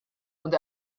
und